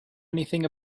anything